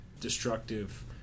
destructive